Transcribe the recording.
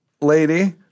lady